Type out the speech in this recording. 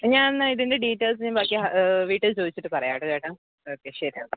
ഞാൻ എന്നാൽ ഇതിൻ്റെ ഡീറ്റെയിൽസ് ഞാൻ ബാക്കി വീട്ടിൽ ചോദിച്ചിട്ട് പറയാട്ടോ ചേട്ടാ ഓക്കേ ശരി